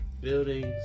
buildings